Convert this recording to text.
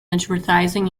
advertising